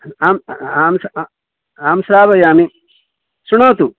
आम् आं श्रावयामि शृणोतु